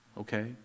Okay